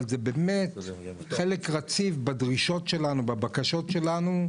אבל זה באמת חלק רציף בדרישות שלנו, בבקשות שלנו,